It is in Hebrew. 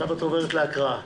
עכשיו את עוברת להקראה.